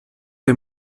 der